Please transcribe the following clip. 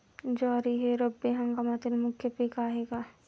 ज्वारी हे रब्बी हंगामातील मुख्य पीक आहे का?